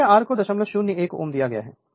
इसलिए R को 001 Ω दिया गया है